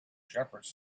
shepherds